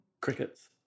Crickets